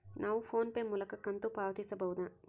ನಾವು PhonePe ಮೂಲಕ ಕಂತು ಪಾವತಿಸಬಹುದಾ?